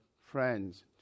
friends